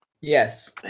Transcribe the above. Yes